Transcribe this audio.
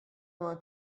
want